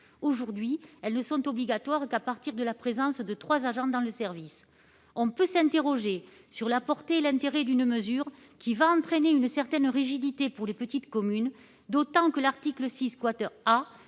Aujourd'hui, elles ne sont obligatoires qu'à partir de la présence de trois agents dans le service. On peut s'interroger sur la portée et l'intérêt d'une mesure, qui va entraîner une certaine rigidité pour les petites communes, d'autant que l'article 6 A